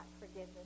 forgiveness